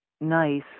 nice